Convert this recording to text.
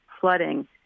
flooding